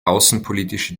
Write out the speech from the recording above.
außenpolitische